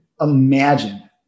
imagine